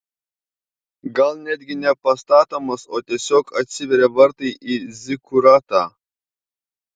gal netgi ne pastatomas o tiesiog atsiveria vartai į zikuratą